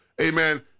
Amen